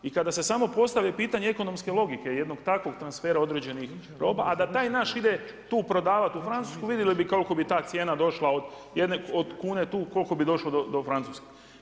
I kada se samo postavi pitanje ekonomske logike, jednog takvog transfera, određenih doba, a da taj naš ide tu prodavati u Francusku, vidjeli bi koliko bi ta cijena došla od kune tu, koliko bi došlo do Francuske.